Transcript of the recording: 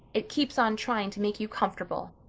it keeps on trying to make you comfortable.